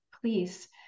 please